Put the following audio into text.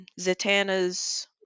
Zatanna's